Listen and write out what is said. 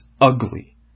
ugly